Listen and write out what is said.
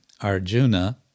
arjuna